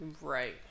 Right